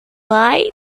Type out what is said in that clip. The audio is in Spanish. hay